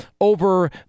over